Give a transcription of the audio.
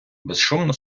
безшумно